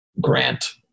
grant